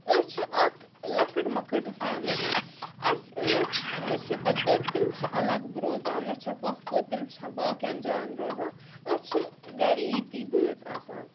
أسۍ چھِ اَکھ لَکٕٹ مۄکٕٹ فیملی اَسہِ ٲسۍ مےٚ چھِ پیتٕر تِم چھِ الگ روزان مےٚ چھےٚ پۄپھٕ تِم چھےٚ باقین جایَن روزان أسۍ چھِ گَرِ یِتہِ بٲژ آسان